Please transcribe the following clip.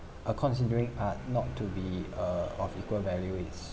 uh considering art not to be uh of equal value is